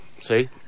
See